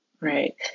Right